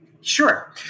Sure